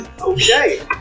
Okay